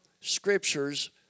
scriptures